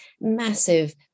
massive